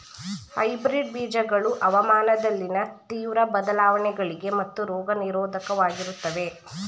hybrid ಬೀಜಗಳು ಹವಾಮಾನದಲ್ಲಿನ ತೀವ್ರ ಬದಲಾವಣೆಗಳಿಗೆ ಮತ್ತು ರೋಗ ನಿರೋಧಕವಾಗಿರುತ್ತವೆ